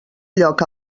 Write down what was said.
lloc